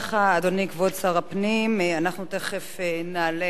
אנחנו נעבור להצבעה